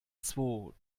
zwo